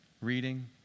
Reading